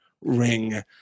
ring